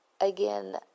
again